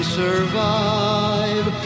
survive